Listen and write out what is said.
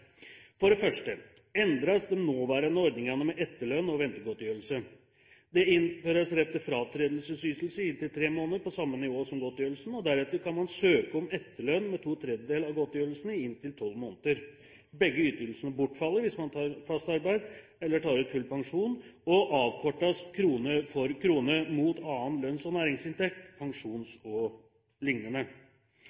For det første endres de nåværende ordningene med etterlønn og ventegodtgjørelse. Det innføres rett til fratredelsesytelse i inntil tre måneder på samme nivå som godtgjørelsen, og deretter kan man søke om etterlønn med to tredjedeler av godtgjørelsen i inntil tolv måneder. Begge ytelsene bortfaller hvis man tar fast arbeid eller tar ut full pensjon, og avkortes krone for krone mot annen lønns- og næringsinntekt, pensjon